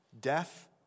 death